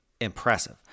impressive